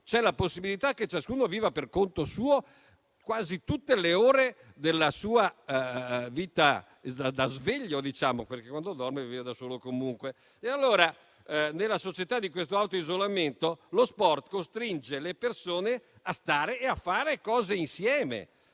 cui è possibile che ciascuno viva per conto proprio quasi tutte le ore della vita da sveglio, perché quando dorme vive da solo comunque. Allora, nella società di questo autoisolamento, lo sport costringe le persone a stare insieme e fare cose insieme,